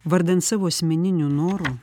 vardan savo asmeninių norų